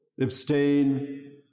abstain